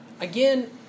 again